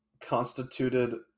constituted